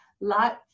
lots